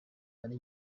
nari